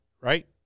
Right